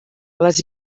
les